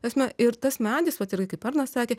ta prasme ir tas medis vat ir kaip arnas sakė